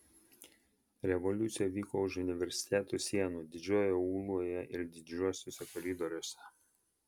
revoliucija vyko už universiteto sienų didžiojoje auloje ir didžiuosiuose koridoriuose